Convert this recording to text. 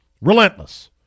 Relentless